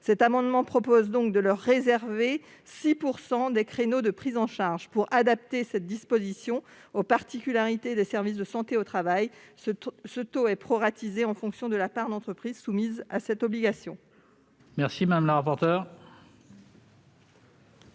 nous proposons de leur réserver 6 % des créneaux de prise en charge. Pour adapter cette disposition aux particularités des services de santé au travail, ce taux est calculé au prorata de la part d'entreprises soumises à cette obligation.